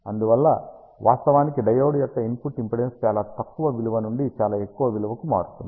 అందువల్ల వాస్తవానికి డయోడ్ యొక్క ఇన్పుట్ ఇంపిడెన్స్ చాలా తక్కువ విలువ నుండి చాలా ఎక్కువ విలువకు మారుతుంది